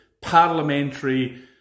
parliamentary